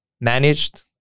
managed